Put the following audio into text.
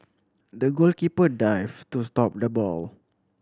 the goalkeeper dived to stop the ball